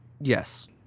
Yes